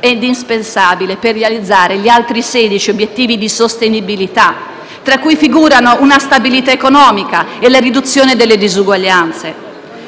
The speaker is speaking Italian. è indispensabile per realizzare gli altri 16 obiettivi di sostenibilità, tra cui figurano una stabilità economica e la riduzione delle disuguaglianze.